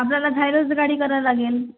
आपल्याला झायलोच गाडी करावं लागेल